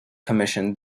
commission